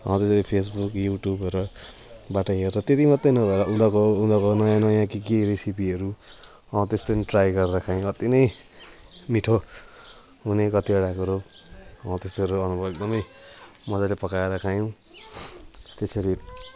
हौ त्यसरी Facebook युट्युबहरूबाट हेरेर त्यति मात्रै नभएर उसको उनीहरूको नयाँ नयाँ के के रेसिपीहरू हौ त्यस्तो नि ट्राई गरेर खाएँ अति नै मिठो हुने कतिवटा कुरो हौ त्यस्तोहरू अनुभव एकदमै मजाले पकाएर खायौँ त्यसरी